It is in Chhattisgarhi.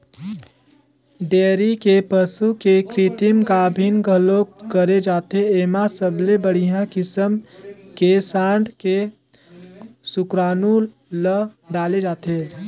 डेयरी के पसू के कृतिम गाभिन घलोक करे जाथे, एमा सबले बड़िहा किसम के सांड के सुकरानू ल डाले जाथे